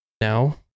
Now